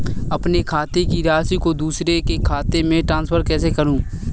अपने खाते की राशि को दूसरे के खाते में ट्रांसफर कैसे करूँ?